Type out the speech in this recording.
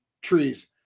trees